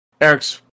Eric's